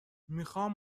میخوام